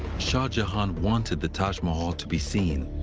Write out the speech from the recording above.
shah jahan wanted the taj mahal to be seen,